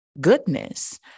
goodness